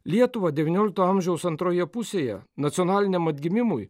lietuvą devyniolikto amžiaus antroje pusėje nacionaliniam atgimimui